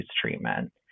treatment